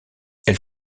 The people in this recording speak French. elle